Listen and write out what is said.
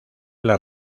las